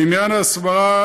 לעניין ההסברה,